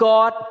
God